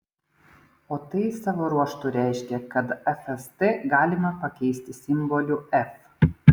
o tai savo ruožtu reiškia kad fst galima pakeisti simboliu f